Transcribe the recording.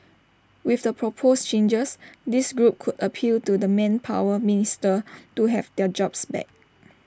with the proposed changes this group could appeal to the manpower minister to have their jobs back